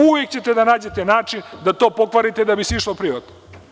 Uvek ćete da nađete način da to pokvarite da bi se išlo privatno.